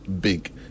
big